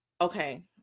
okay